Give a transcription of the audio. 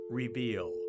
reveal